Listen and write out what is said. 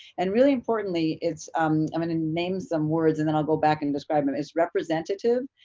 and really importantly it's, i'm gonna name some words and then i'll go back and describe them. its representative.